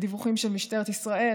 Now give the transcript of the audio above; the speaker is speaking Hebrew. הדיווחים של משטרת ישראל,